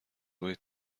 روی